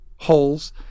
holes